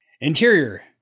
interior